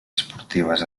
esportives